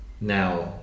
now